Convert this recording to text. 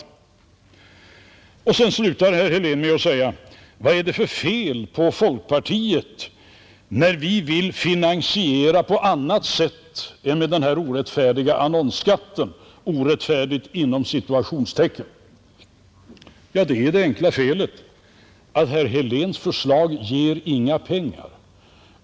Herr Helén slutade med att säga: Vad är det för fel på folkpartiet när vi vill ordna finansieringen på annat sätt än genom den ”orättfärdiga” annonsskatten? Ja, det enkla felet är att herr Heléns förslag inte ger några pengar.